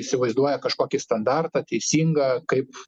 įsivaizduoja kažkokį standartą teisingą kaip